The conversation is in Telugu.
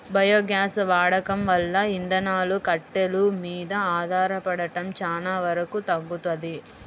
బయోగ్యాస్ వాడకం వల్ల ఇంధనాలు, కట్టెలు మీద ఆధారపడటం చానా వరకు తగ్గుతది